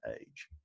age